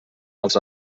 els